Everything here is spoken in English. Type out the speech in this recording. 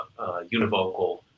univocal